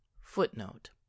footnote